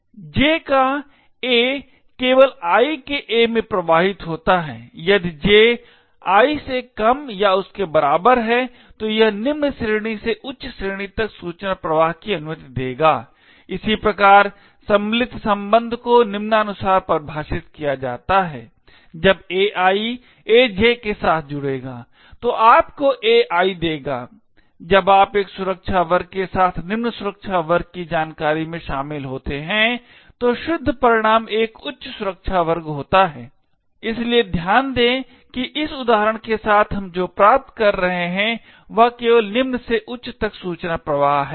J का A केवल I के A में प्रवाहित होता है यदि J I से कम या उसके बराबर है तो यह निम्न श्रेणी से उच्च श्रेणी तक सूचना प्रवाह की अनुमति देगा इसी प्रकार सम्मिलित संबंध को निम्नानुसार परिभाषित किया जाता है जब AI AJ के साथ जुड़ेगा तो आपको AI देगा जब आप एक उच्च सुरक्षा वर्ग के साथ निम्न सुरक्षा वर्ग की जानकारी में शामिल होते हैं तो शुद्ध परिणाम एक उच्च सुरक्षा वर्ग होता है इसलिए ध्यान दें कि इस उदाहरण के साथ हम जो प्राप्त कर रहे हैं वह केवल निम्न से उच्च तक सूचना प्रवाह है